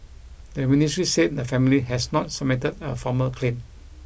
the ministry said the family has not submitted a formal claim